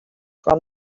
from